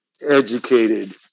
educated